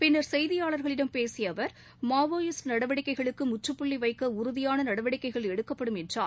பின்னர் செய்தியாளர்களிடம் பேசிய அவர் மாவோயிஸ்ட் நடவடிக்கைகளுக்கு முற்றுப்புள்ளி வைக்க உறுதியான நடவடிக்கைகள் எடுக்கப்படும் என்றார்